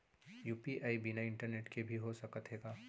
UPI बिना internet के भी हो सकत हे का?